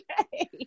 okay